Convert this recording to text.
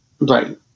Right